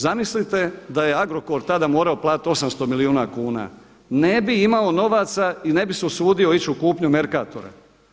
Zamislite da je Agrokor tada morao platiti 800 milijuna kuna, ne bi imao novaca i ne bi se usudio ići u kupnju Mercatora.